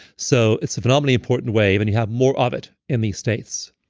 so it's a phenomenally important way and you have more of it in these states